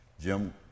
Jim